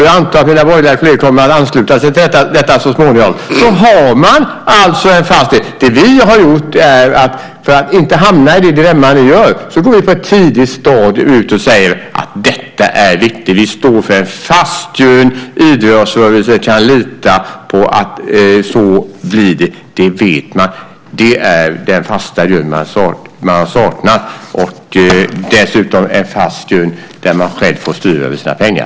Jag antar att mina borgerliga kolleger kommer att ansluta sig till detta så småningom. Då har man en fast grund. För att inte hamna i det dilemma ni hamnar i går vi på ett tidigt stadium ut och säger att detta är viktigt. Vi står för en fast grund. Idrottsrörelsen kan lita på att det blir så. Det vet man. Det är den fasta grund man har saknat, dessutom en fast grund där man själv får styra över sina pengar.